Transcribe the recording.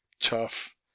Tough